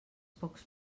pocs